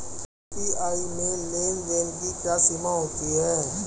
UPI में लेन देन की क्या सीमा होती है?